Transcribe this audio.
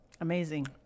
Amazing